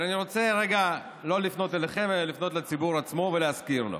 אבל אני רוצה רגע לא לפנות אליכם אלא לפנות לציבור עצמו ולהזכיר לו: